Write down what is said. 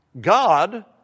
God